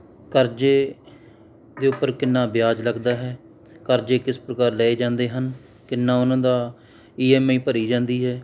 ਕਰਜ਼ੇ ਦੇ ਉੱਪਰ ਕਿੰਨਾ ਵਿਆਜ ਲੱਗਦਾ ਹੈ ਕਰਜ਼ੇ ਕਿਸ ਪ੍ਰਕਾਰ ਲਏ ਜਾਂਦੇ ਹਨ ਕਿੰਨਾ ਉਨ੍ਹਾਂ ਦਾ ਈ ਐੱਮ ਆਈ ਭਰੀ ਜਾਂਦੀ ਹੈ